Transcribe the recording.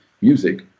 music